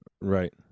Right